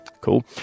Cool